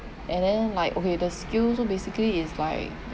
and then like okay the skills so basically is like